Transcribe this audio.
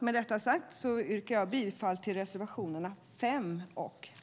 Med detta sagt yrkar jag bifall till reservationerna 5 och 8.